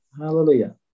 hallelujah